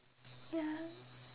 ya